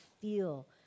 feel